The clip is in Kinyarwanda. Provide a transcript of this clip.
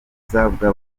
bw’abakobwa